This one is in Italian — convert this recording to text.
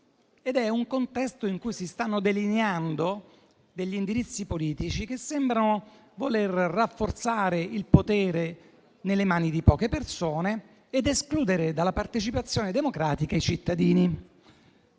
Un contesto in cui si stanno delineando indirizzi politici che sembrano voler rafforzare il potere nelle mani di poche persone, escludendo dalla partecipazione democratica i cittadini.